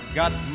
got